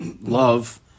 love